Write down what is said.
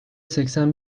seksen